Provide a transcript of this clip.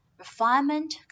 Refinement